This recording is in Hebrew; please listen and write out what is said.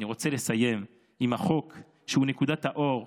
ואני רוצה לסיים עם חוק שהוא נקודת האור,